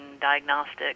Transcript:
diagnostic